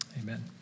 Amen